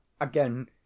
again